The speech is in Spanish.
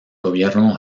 gobierno